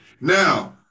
Now